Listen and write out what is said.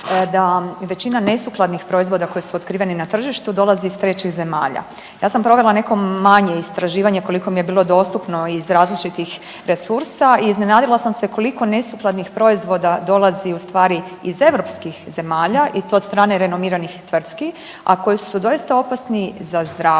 da većina nesukladnih proizvoda koji su otkriveni na tržištu dolazi iz trećih zemalja. Ja sam provela neko manje istraživanje koliko mi je bilo dostupno iz različitih resursa i iznenadila sam se koliko nesukladnih proizvoda dolazi ustvari iz europskih zemalja i to od strane renomiranih tvrtki, a koje su doista opasni za zdravlje